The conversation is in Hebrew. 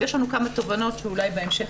יש לנו כמה תובנות שאולי בהמשך,